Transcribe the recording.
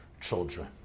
children